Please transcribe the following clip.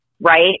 right